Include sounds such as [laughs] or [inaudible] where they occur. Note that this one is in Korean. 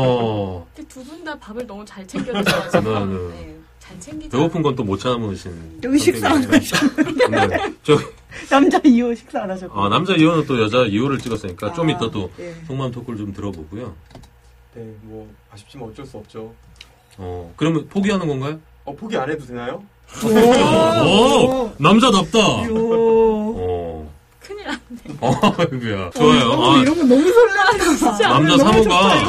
어. [laughs] 이렇게 두 분 다 밥을 너무 잘 챙겨 드셔가지고. 네, 네. 네, 잘 챙기죠. 배고픈 건 또 못 참으신 여기 식사 안 성격이신가요? 하셨는데. 네, 저기- [laughs] 남자 이호 식사 안 하셨구나. 아, 남자 이호는 또 여자 이호를 찍었으니까 아, 좀 이따 또 네. 속마음 토크를 좀 들어보고요. 네, 뭐 아쉽지만 어쩔 수 없죠. 어, 그러면 포기하는 건가요? 어, 포기 안 해도 되나요? [laughs] 오! 우와. 오, 남자답다! [laughs] 이야. 어. 큰일 났네. [laughs] 어, 아이고야. 좋아요. 어, 이런 아. 거 너무 설레한다. 진짜. 남자 오늘 너무 삼호가- 좋다.